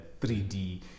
3D